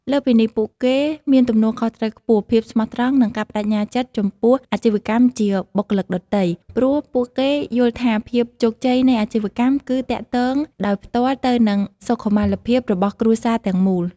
លើសពីនេះ ពួកគេមានទំនួលខុសត្រូវខ្ពស់ ភាពស្មោះត្រង់ និងការប្តេជ្ញាចិត្តចំពោះអាជីវកម្មជាងបុគ្គលិកដទៃ ព្រោះពួកគេយល់ថាភាពជោគជ័យនៃអាជីវកម្មគឺទាក់ទងដោយផ្ទាល់ទៅនឹងសុខុមាលភាពរបស់គ្រួសារទាំងមូល។